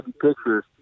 pictures